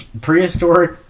Prehistoric